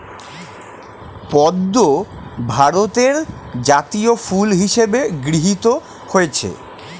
পদ্ম ভারতের জাতীয় ফুল হিসেবে গৃহীত হয়েছে